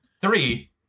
three